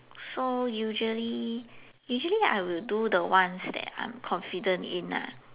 so usually usually I will do the ones that I'm confident in lah